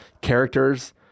characters